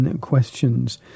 questions